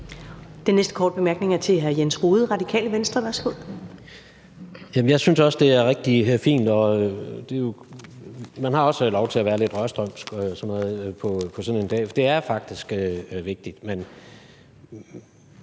Den næste korte bemærkning er fra hr. Jens Rohde, Radikale Venstre. Værsgo. Kl. 12:55 Jens Rohde (RV): Jeg synes også, det er rigtig fint. Man har også lov til at være lidt rørstrømsk på sådan en dag, for det er faktisk vigtigt.